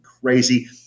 crazy